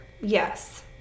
Yes